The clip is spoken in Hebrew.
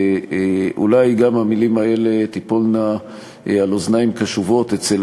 אולי גם המילים האלה תיפולנה על אוזניים קשובות אצל